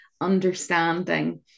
understanding